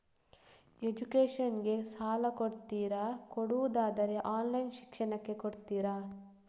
Education ಗೆ ಸಾಲ ಕೊಡ್ತೀರಾ, ಕೊಡುವುದಾದರೆ ಆನ್ಲೈನ್ ಶಿಕ್ಷಣಕ್ಕೆ ಕೊಡ್ತೀರಾ?